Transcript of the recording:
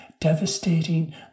devastating